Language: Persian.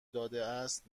دادهاست